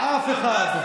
אף אחד.